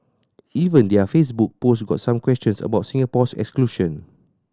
even their Facebook post got some questions about Singapore's exclusion